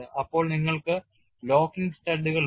അപ്പോൾ നിങ്ങൾക്ക് ലോക്കിംഗ് സ്റ്റഡുകൾ ഉണ്ട്